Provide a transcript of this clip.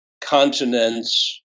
continents